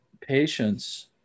patients